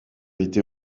été